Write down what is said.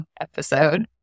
episode